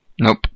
Nope